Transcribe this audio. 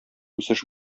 үсеш